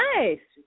Nice